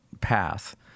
path